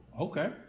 okay